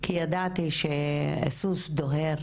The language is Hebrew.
כי ידעתי שסוס דוהר